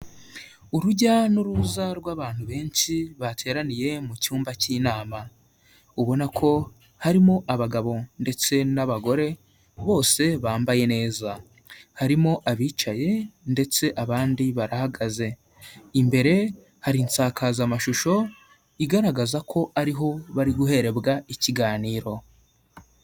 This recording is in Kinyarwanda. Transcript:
Urujya n'uruza rw'abantu benshi bateraniye mu cyumba cy'inama, ubona ko harimo abagabo ndetse n'abagore bose bambaye neza, harimo abicaye ndetse abandi barahagaze, imbere hari insakazamashusho igaragaza ko ari ho bari guherebwa ikiganiro.